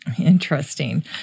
Interesting